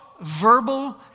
verbal